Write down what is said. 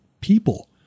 people